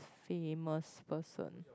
famous person